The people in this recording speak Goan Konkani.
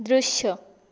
दृश्य